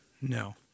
No